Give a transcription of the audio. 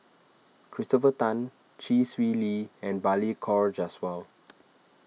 Christopher Tan Chee Swee Lee and Balli Kaur Jaswal